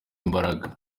imbaraga